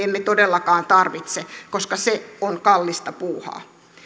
emme todellakaan tarvitse koska se on kallista puuhaa